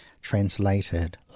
translated